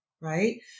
right